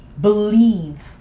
Believe